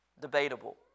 debatable